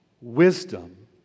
wisdom